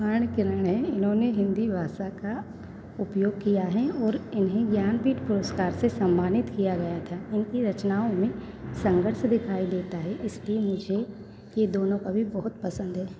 स्मरण इन्होंने हिन्दी भाषा का उपयोग किया ही और इन्हें ज्ञान पुरस्कार से सम्मानित किया गया था उनकी रचनाओं में संघर्ष दिखाई देता है इसलिए मुझे यह दोनों कवि बहुत पसंद है